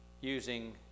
using